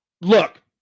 Look